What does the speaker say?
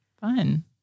Fun